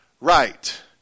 right